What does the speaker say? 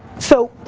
so,